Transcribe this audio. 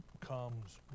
comes